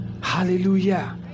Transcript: Hallelujah